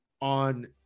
on